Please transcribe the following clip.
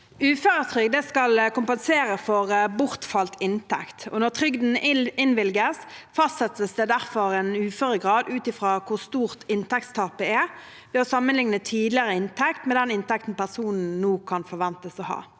Uføretrygd skal kompensere for bortfalt inntekt. Når trygden innvilges, fastsettes det derfor en uføregrad ut fra hvor stort inntektstapet er, ved å sammenligne tidligere inntekt med den inntekten personen nå kan forventes å ha.